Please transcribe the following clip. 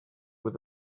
with